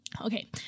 Okay